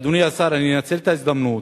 אדוני השר, אני אנצל את ההזדמנות: